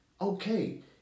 Okay